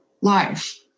life